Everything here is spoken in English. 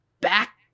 back